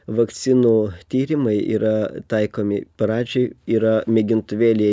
vakcinų tyrimai yra taikomi pradžioj yra mėgintuvėlyje